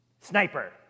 Sniper